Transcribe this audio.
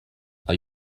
are